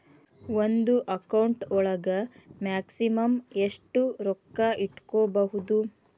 ಒಂದು ಅಕೌಂಟ್ ಒಳಗ ಮ್ಯಾಕ್ಸಿಮಮ್ ಎಷ್ಟು ರೊಕ್ಕ ಇಟ್ಕೋಬಹುದು?